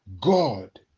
God